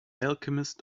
alchemist